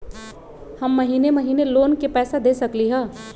हम महिने महिने लोन के पैसा दे सकली ह?